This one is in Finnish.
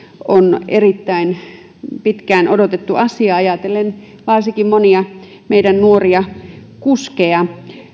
on erittäin pitkään odotettu asia ajatellen varsinkin monia meidän nuoria kuskeja